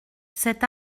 cet